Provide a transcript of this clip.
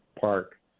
park